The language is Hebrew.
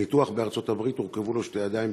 בניתוח בארצות-הברית הורכבו לו שתי ידיים